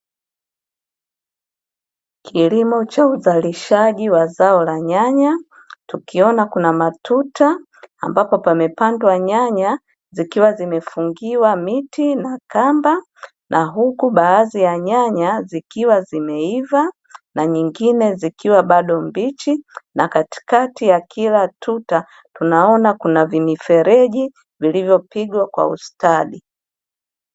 Kilimo cha uzalishaji wa zao la nyanya tukiona kuna matuta, ambapo pamepandwa nyanya zikiwa zimefungiwa miti na kamba, na huku baadhi ya nyanya zikiwa zimeiva na nyingine zikiwa bado mbichi, na katikati ya kila tuta tunaona kuna vimifereji vilivyopigwa kwa ustadi.